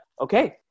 Okay